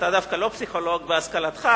אתה דווקא לא פסיכולוג בהשכלתך,